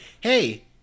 hey